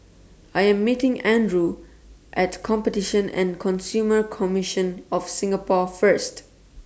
I Am meeting Andrew At Competition and Consumer Commission of Singapore First